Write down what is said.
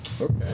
Okay